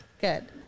good